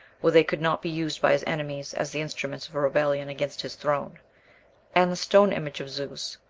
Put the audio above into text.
where they could not be used by his enemies as the instruments of a rebellion against his throne and the stone image of zeus,